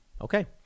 Okay